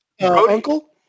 Uncle